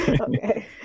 Okay